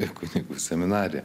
į kunigų seminariją